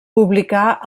publicà